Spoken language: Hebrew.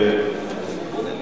ועדת הפנים.